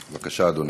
בבקשה, אדוני.